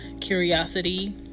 Curiosity